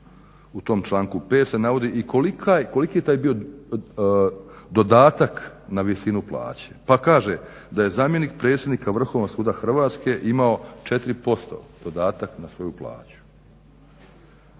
u tom članku 5. se navodi i koliki je taj bio dodatak na visinu plaće. Pa kaže da je zamjenik predsjednika Vrhovnog suda Hrvatske imao 4% dodatak na svoju plaću.